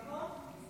נכון,